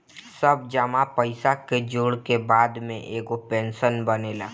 सब जमा पईसा के जोड़ के बाद में एगो पेंशन बनेला